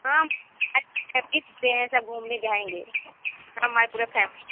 हाँ फ़ैमली पूरी है घूमने जाएँगे हमारे पूरा फ़ैमली